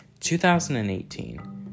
2018